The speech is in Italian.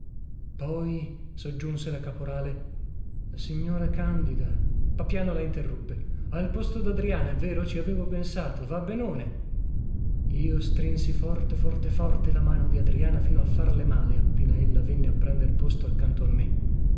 poi soggiunse la caporale la signora candida papiano la interruppe al posto dadriana è vero ci avevo pensato va benone io strinsi forte forte forte la mano di adriana fino a farle male appena ella venne a prender posto accanto a me